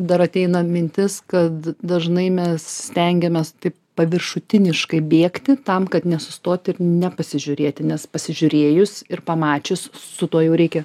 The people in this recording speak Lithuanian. dar ateina mintis kad dažnai mes stengiamės taip paviršutiniškai bėgti tam kad nesustot ir nepasižiūrėti nes pasižiūrėjus ir pamačius su tuo jau reikia